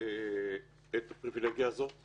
הפריבילגיה לחמוק